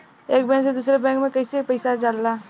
एक बैंक से दूसरे बैंक में कैसे पैसा जाला?